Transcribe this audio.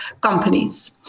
companies